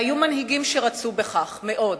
והיו מנהיגים שרצו בכך, מאוד.